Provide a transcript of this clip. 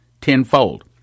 tenfold